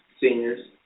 seniors